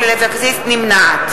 נמנעת